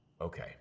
Okay